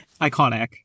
Iconic